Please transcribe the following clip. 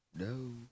No